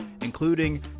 including